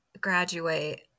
graduate